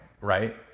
right